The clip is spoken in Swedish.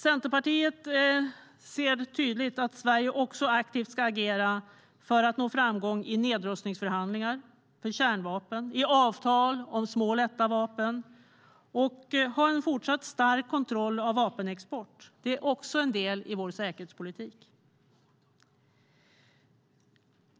Centerpartiet ser tydligt att Sverige också aktivt ska agera för att nå framgång i nedrustningsförhandlingar om kärnvapen, i avtal om små lätta vapen och ha en fortsatt stark kontroll av vapenexport. Det är också en del i vår säkerhetspolitik.